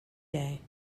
day